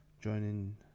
joining